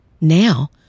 Now